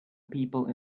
people